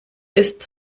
ist